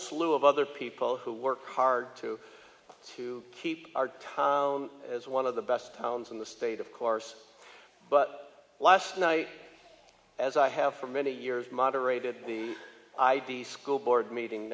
slew of other people who work hard to to keep our town as one of the best towns in the state of course but last night as i have for many years moderated the idea school board meeting